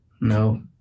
No